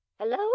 Hello